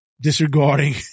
disregarding